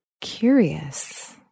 curious